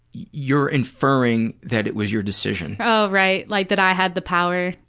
you're inferring that it was your decision. oh, right. like that i had the power?